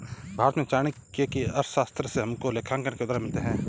भारत में चाणक्य की अर्थशास्त्र से हमको लेखांकन के उदाहरण मिलते हैं